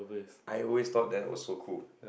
I always thought that was so cool